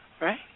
right